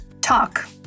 talk